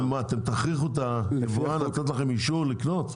אתם תכריחו את היבואן לתת לכם אישור לקנות?